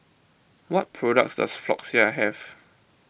what products does Floxia have